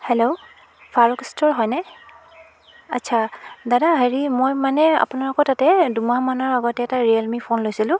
hello Farooq ইষ্ট'ৰ হয়নে আচ্ছা দাদা হেৰি মই মানে আপোনালোকৰ তাতে দুমাহমানৰ আগতে এটা ৰিয়েলমি ফোন লৈছিলোঁ